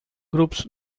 groups